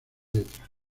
letra